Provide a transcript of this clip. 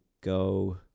go